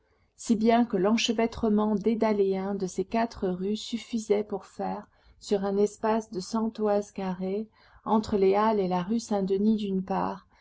si bien que l'enchevêtrement dédaléen de ces quatre rues suffisait pour faire sur un espace de cent toises carrées entre les halles et la rue saint-denis d'une part